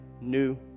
new